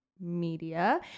media